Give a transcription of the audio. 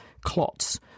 clots